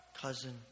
cousin